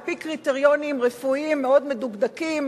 על-פי קריטריונים רפואיים מאוד מדוקדקים,